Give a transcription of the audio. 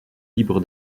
libres